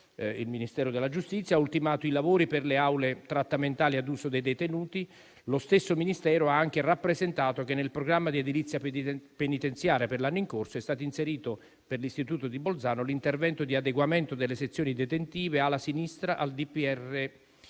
il Ministero della giustizia ha ultimato i lavori per le aule trattamentali ad uso dei detenuti. Lo stesso Ministero ha anche rappresentato che nel programma di edilizia penitenziaria per l'anno in corso è stato inserito, per l'istituto di Bolzano, l'intervento di adeguamento delle sezioni detentive "ala sinistra" al DPR